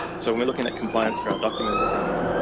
so we're looking at compliance for our documents and.